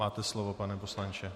Máte slovo, pane poslanče.